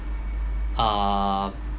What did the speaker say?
err